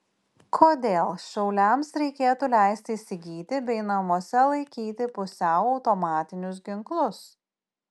kodėl šauliams reikėtų leisti įsigyti bei namuose laikyti pusiau automatinius ginklus